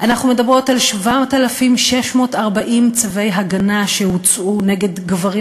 אנחנו מדברות על 7,640 צווי הגנה שהוצאו נגד גברים